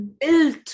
built